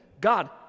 God